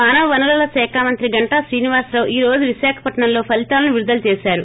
మానవవనరుల శాఖ మంత్రి గంటా శ్రీనివాసరావు ఈ రోజు విశాఖపట్నంలో ఫలితాలను విడుదల చేశారు